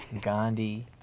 Gandhi